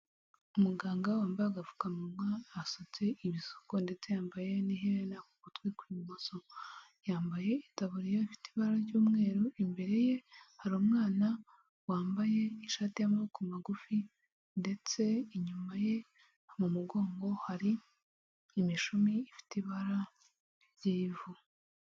Umuganga wambaye agapfukamunwa asutse ibisuko ndetse yambaye n'ihena ku gutwi kw'imoso yambaye itaburiya, afite ibara ry'umweru imbere ye hari umwana wambaye ishati y'amaboko magufi ndetse inyuma ye mu mugongo hari imishumi ifite ibara ry'ivu.